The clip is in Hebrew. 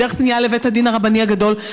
דרך פנייה לבית הדין הרבני הגדול,